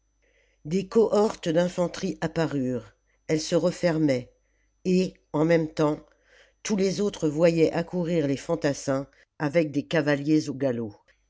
des cohortes d'infanterie apparurent elles se refermaient et en même temps tous les autres voyaient accourir les fantassms avec des cavaliers au galop